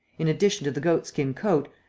in addition to the goat-skin coat,